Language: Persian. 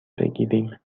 بگیریم